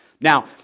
now